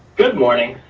good morning.